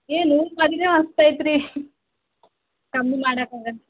ಏ ನೂರು ಕಡಿಮೆ ಆಗ್ತೈತೆ ರೀ ಕಮ್ಮಿ ಮಾಡಕೆ ಆಗಲ್ಲ